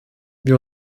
wir